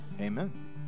amen